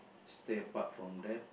stay apart from that